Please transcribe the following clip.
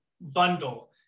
bundle